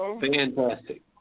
fantastic